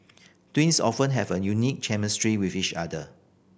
twins often have a unique chemistry with each other